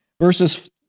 Verses